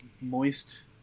moist